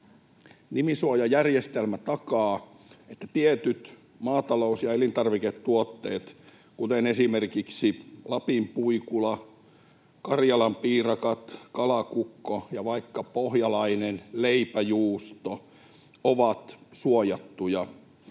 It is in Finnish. Nimisuojajärjestelmä takaa, että tietyt maatalous- ja elintarviketuotteet, kuten esimerkiksi Lapin Puikula, karjalanpiirakat, kalakukko ja vaikka pohjalainen leipäjuusto, ovat suojattuja.